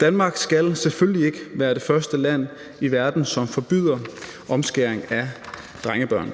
Danmark skal selvfølgelig ikke være det første land i verden, som forbyder omskæring af drengebørn.